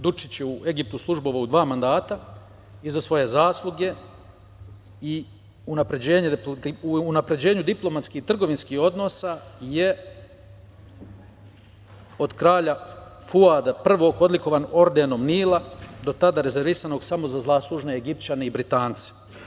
Dučić je u Egiptu službovao dva mandata i za svoje zasluge i unapređenju diplomatskih, trgovinskih odnosa je od kralja Fuada I odlikovan ordenom Nila, koji je bio rezervisan samo za zaslužne Egipćane i Britance.